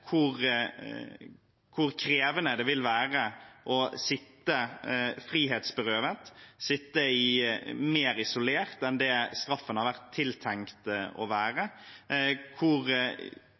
hvor krevende det vil være å sitte frihetsberøvet, sitte mer isolert enn det straffen har vært tiltenkt å være – hvor